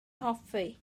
hoffi